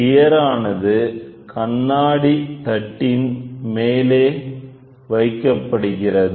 gear ஆனது கண்ணாடி தட்டின் மேலே வைக்கப்படுகிறது